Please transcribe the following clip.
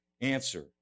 answer